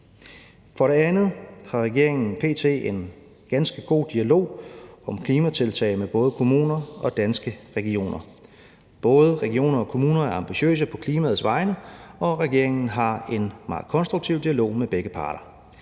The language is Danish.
For det andet har regeringen p.t. en ganske god dialog om klimatiltag med både kommuner og Danske Regioner. Både regioner og kommuner er ambitiøse på klimaets vegne, og regeringen har en meget konstruktiv dialog med begge parter.